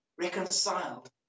Reconciled